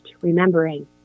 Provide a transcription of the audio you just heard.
remembering